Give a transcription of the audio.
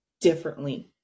differently